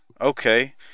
Okay